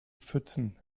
pfützen